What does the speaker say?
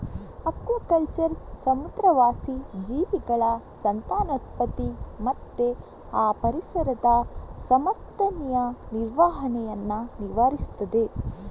aquaculture ಸಮುದ್ರವಾಸಿ ಜೀವಿಗಳ ಸಂತಾನೋತ್ಪತ್ತಿ ಮತ್ತೆ ಆ ಪರಿಸರದ ಸಮರ್ಥನೀಯ ನಿರ್ವಹಣೆಯನ್ನ ವಿವರಿಸ್ತದೆ